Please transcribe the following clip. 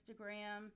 Instagram